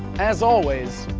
as always,